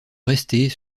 restés